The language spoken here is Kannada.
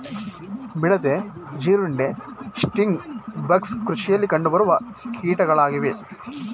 ಮಿಡತೆ, ಜೀರುಂಡೆ, ಸ್ಟಿಂಗ್ ಬಗ್ಸ್ ಕೃಷಿಯಲ್ಲಿ ಕಂಡುಬರುವ ಕೀಟಗಳಾಗಿವೆ